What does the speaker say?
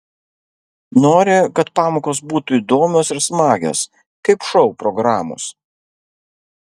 nori kad pamokos būtų įdomios ir smagios kaip šou programos